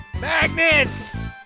Magnets